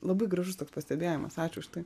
labai gražus toks pastebėjimas ačiū už tai